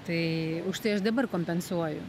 tai už tai aš dabar kompensuoju